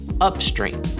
upstream